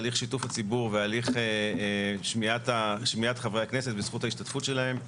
הליך שיתוף הציבור והליך שמיעת חברי הכנסת וזכות ההשתתפות שלהם,